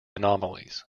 anomalies